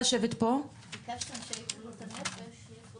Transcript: ביקשתם שבריאות הנפש יגיבו,